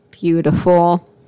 beautiful